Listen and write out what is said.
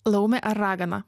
laumė ar ragana